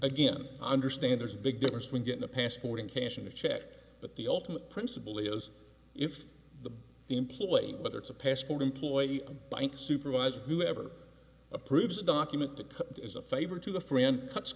again i understand there's a big difference when getting a passport and cashing a check but the ultimate principle ias if the employee whether it's a passport employee supervisor whoever approves a document to come as a favor to a friend cuts